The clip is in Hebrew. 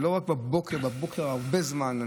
זה לא רק בבוקר, בבוקר זה הרבה זמן.